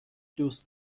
دوست